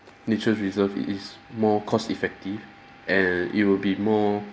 nature's reserve it is more cost-effective and it will be more